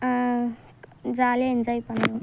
ஜாலியாக என்ஜாய் பண்ணனும்